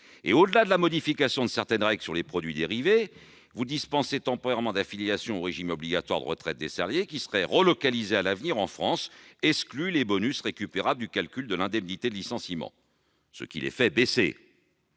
au-delà de la modification de certaines règles portant sur les produits dérivés, vous dispensez temporairement d'affiliation au régime obligatoire de retraite les salariés qui seraient relocalisés à l'avenir en France. Vous excluez les bonus récupérables du calcul de l'indemnité de licenciement, ce qui la fait baisser.